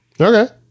Okay